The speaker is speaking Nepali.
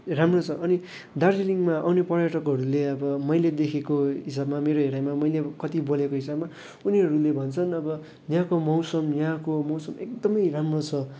राम्रो छ अनि दार्जिलिङमा आउने पर्यटकहरूले अब मैले देखेको हिसाबमा मेरो हेराइमा मैले कति बोलेको हिसाबमा उनीहरूले भन्छन् अब यहाँको मौसम यहाँको मौसम एकदमै राम्रो छ